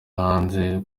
hanze